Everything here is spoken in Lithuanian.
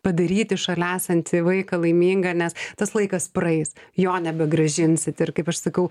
padaryti šalia esantį vaiką laimingą nes tas laikas praeis jo nebegrąžinsit ir kaip aš sakau